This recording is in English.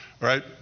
right